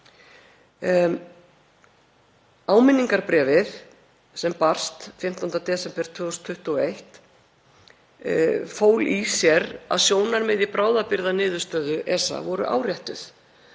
Áminningarbréfið, sem barst 15. desember 2021, fól í sér að sjónarmið í bráðabirgðaniðurstöðu ESA voru áréttuð